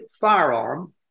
firearm